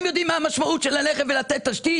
הם יודעים מה המשמעות ללכת ולתת תשתית?